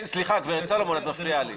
סליחה, גברת סלומון, את מפריעה לי.